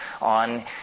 on